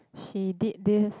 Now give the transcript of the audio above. she did this